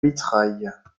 mitraille